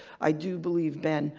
i do believe, ben,